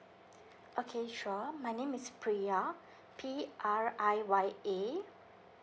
okay sure my name is priya P R I Y A